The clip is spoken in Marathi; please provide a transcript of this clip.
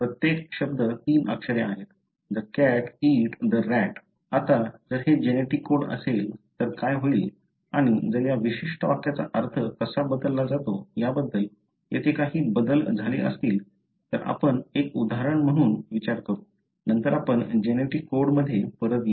प्रत्येक शब्द तीन अक्षरे आहेत 'the cat eat the rat' आता जर हे जेनेटिक कोड असेल तर काय होईल आणि जर या विशिष्ट वाक्याचा अर्थ कसा बदलला जातो याबद्दल येथे काही बदल झाले असतील तर आपण एक उदाहरण म्हणून विचार करू नंतर आपण जेनेटिक कोडमध्ये परत येऊ